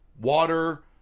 water